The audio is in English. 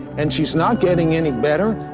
and she's not getting any better,